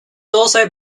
also